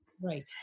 right